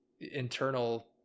internal